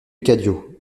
cadio